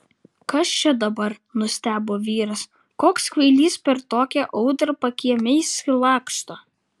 kas čia dabar nustebo vyras koks kvailys per tokią audrą pakiemiais laksto